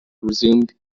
resumed